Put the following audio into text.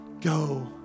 go